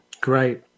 Great